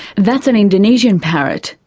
that's an indonesian parrot.